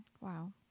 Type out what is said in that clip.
Wow